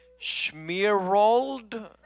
Schmierold